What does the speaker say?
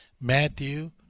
Matthew